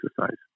exercise